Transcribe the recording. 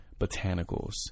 botanicals